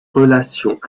relations